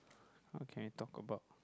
how can you talk about